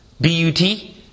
B-U-T